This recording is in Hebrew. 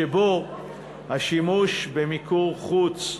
שבו השימוש במיקור חוץ,